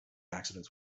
accidents